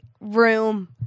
room